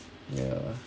ya